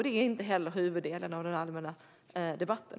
Det är inte heller huvuddelen av den allmänna debatten.